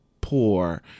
poor